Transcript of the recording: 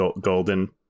Golden